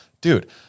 dude